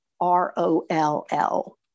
R-O-L-L